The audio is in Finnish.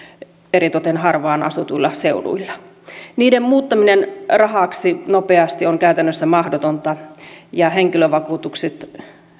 eritoten harvaan asutuilla seuduilla niiden muuttaminen rahaksi nopeasti on käytännössä mahdotonta ja henkilövakuutuksista